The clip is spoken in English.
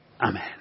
Amen